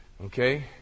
okay